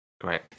great